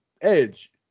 Edge